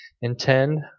intend